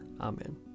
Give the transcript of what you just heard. Amen